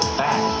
back